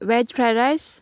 veg fried rice